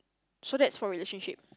so that's for relationship